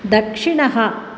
दक्षिणः